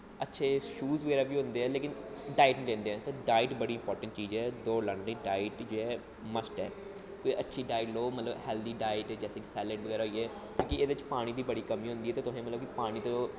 अच्छे शूज़ बगैरा बी होंदे न मगर डाईट निं लैंदे न ते डाईट बड़ी इंपार्टैंट चीज़ ऐ दोड़ लाने लेई डाईट जो ऐ मस्ट ऐ अच्छी डाईट लो मतलब अच्छी डाईट सैलड़ बगैरा होई गे क्योंकि एह्दे च पानी दी बड़ी कमी होंदी ऐ ते ते तुसें मतलब पानी तो